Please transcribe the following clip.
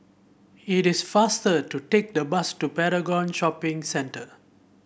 it is faster to take the bus to Paragon Shopping Centre